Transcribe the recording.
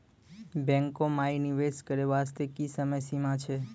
बैंको माई निवेश करे बास्ते की समय सीमा छै?